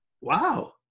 wow